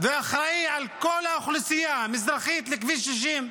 והאחראי על כל האוכלוסייה מזרחית לכביש 60,